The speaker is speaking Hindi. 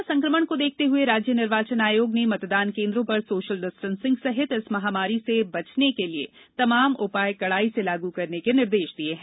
कोरोना संकमण को देखते हुए राज्य निर्वाचन आयोग ने मतदान केन्द्रों पर सोशल डिस्टेंसिंग सहित इस महामारी से बचने के लिये तमाम उपाय कड़ाई से लागू करने के निर्देश दिये हैं